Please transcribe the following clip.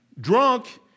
Drunk